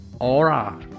aura